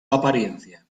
apariencia